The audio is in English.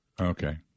Okay